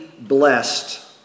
blessed